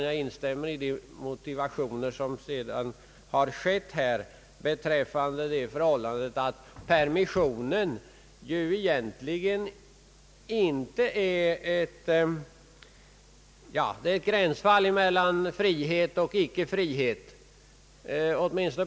Jag instämmer emellertid nu i de synpunkter som framförts på den punkten. Permissionen är ju egentligen ett gränsfall mellan frihet och icke frihet.